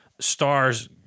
stars